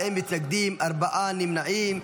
מתנגדים, ארבעה נמנעים.